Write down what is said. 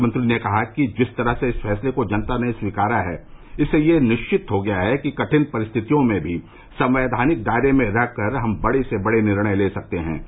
मुख्यमंत्री ने कहा कि जिस तरह से इस फैसले को जनता ने स्वीकारा है इससे यह निश्चित हो गया है कि कठिन परिस्थितियों में भी संवैधानिक दायरे में रहकर हम बड़े से बड़े निर्णय ले सकते हैं